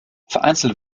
vereinzelt